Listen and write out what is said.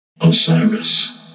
Osiris